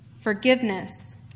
Forgiveness